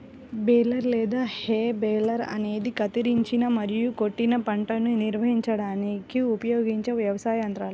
baler లేదా hay baler అనేది కత్తిరించిన మరియు కొట్టిన పంటను నిర్వహించడానికి ఉపయోగించే వ్యవసాయ యంత్రాల